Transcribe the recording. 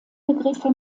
begriffe